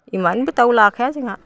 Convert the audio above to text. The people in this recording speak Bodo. इमानबो दाउ लाखाया जोंहा